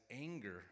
anger